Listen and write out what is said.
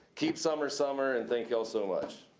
keep summer summer, and thank y'all so much.